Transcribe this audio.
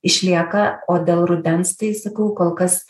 išlieka o dėl rudens tai sakau kol kas